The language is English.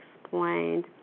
explained